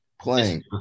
playing